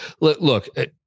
Look